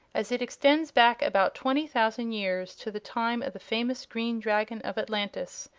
as it extends back about twenty thousand years, to the time of the famous green dragon of atlantis,